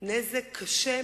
היא טיפלה